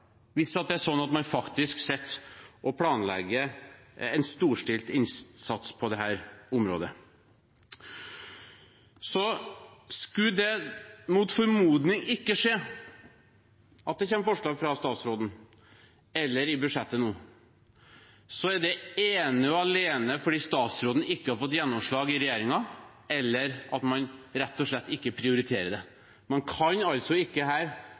hvis det er slik at man faktisk planlegger en storstilt innsats på dette området. Skulle det mot formodning ikke komme forslag fra statsråden, eller i budsjettet nå, så er det ene og alene fordi statsråden ikke har fått gjennomslag i regjeringen, eller fordi man rett og slett ikke prioriterer det. Man kan altså ikke sitte her